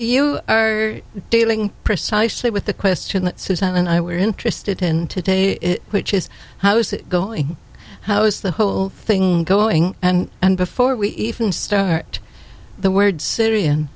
you are dealing precisely with the question that suzanne and i were interested in today which is how's it going how's the whole thing going and and before we even start the word syria